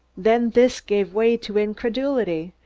then this gave way to incredulity,